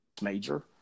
Major